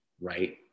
right